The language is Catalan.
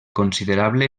considerable